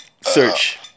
search